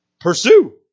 Pursue